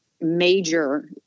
major